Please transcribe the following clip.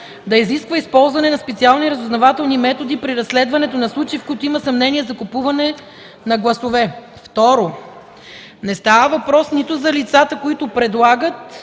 да изисква използване на специални разузнавателни методи при разследването на случаи, при които има съмнения за купуване на гласове.” Второ, не става въпрос нито за лицата, които предлагат,